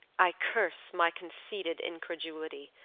i curse my conceited incredulity,